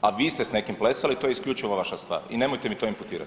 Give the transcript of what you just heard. a vi ste s nekim plesali to je isključivo vaša stvar i nemojte mi to imputirati.